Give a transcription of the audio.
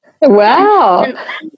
Wow